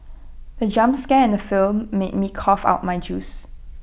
the jump scare in the film made me cough out my juice